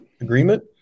agreement